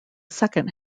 second